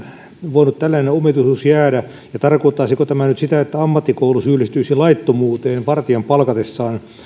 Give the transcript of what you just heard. voinut tällainen omituisuus jäädä ja tarkoittaisiko tämä nyt sitä että ammattikoulu syyllistyisi laittomuuteen vartijan palkatessaan